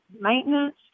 maintenance